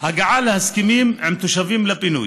בהגעה להסכמים עם תושבים לפינוי.